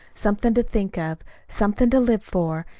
something to think of, something to live for.